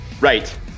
Right